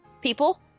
people